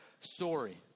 story